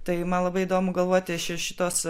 tai man labai įdomu galvoti ši šitos